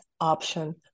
option